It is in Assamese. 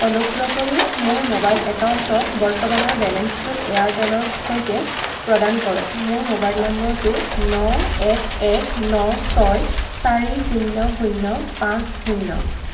অনুগ্ৰহ কৰি মোৰ মোবাইল একাউণ্টত বৰ্তমানৰ বেলেন্সটো এয়াৰটেলৰ সৈতে প্ৰদান কৰক মোৰ মোবাইল নম্বৰটো ন এক এক ন ছয় চাৰি শূন্য শূন্য পাঁচ শূন্য